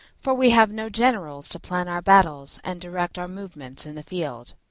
for we have no generals to plan our battles and direct our movements in the field.